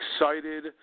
Excited